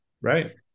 right